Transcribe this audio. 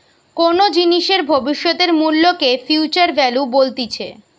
কোনো জিনিসের ভবিষ্যতের মূল্যকে ফিউচার ভ্যালু বলতিছে